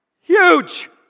huge